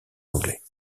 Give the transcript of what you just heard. anglais